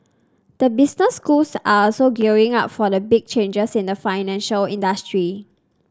the business schools are also gearing up for the big changes in the financial industry